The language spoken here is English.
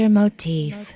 motif